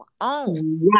own